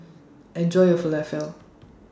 Enjoy your Falafel